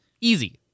Easy